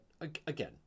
again